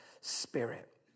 spirit